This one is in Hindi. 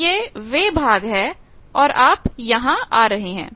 तो यह वह भाग है और आप यहां आ रहे हैं